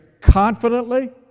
confidently